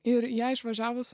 ir į ją išvažiavus